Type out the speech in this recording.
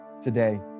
Today